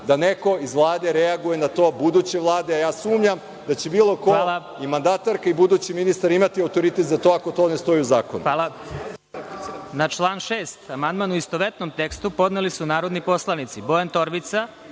da neko iz buduće Vlade reaguje na to, a sumnjam da će bilo ko, i mandatarka i budući ministar imati autoritet za to ako to ne stoji u zakonu.